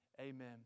amen